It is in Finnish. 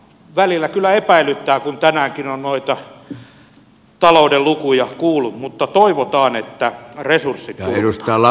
välillä kyllä epäilyttää kun tänäänkin on noita talouden lukuja kuullut mutta toivotaan että resurssit turvataan